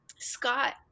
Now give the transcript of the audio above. Scott